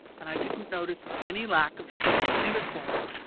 and i didn't notice any lack of social intercourse.